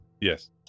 Yes